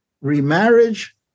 remarriage